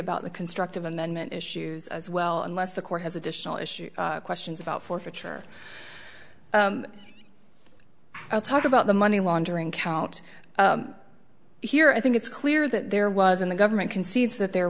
about the constructive amendment issues as well unless the court has additional issues questions about forfeiture i'll talk about the money laundering count here i think it's clear that there was in the government concedes that there